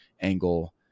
angle